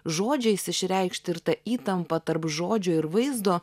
žodžiais išreikšti ir ta įtampa tarp žodžio ir vaizdo